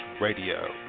Radio